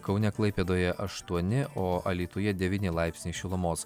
kaune klaipėdoje aštuoni o alytuje devyni laipsniai šilumos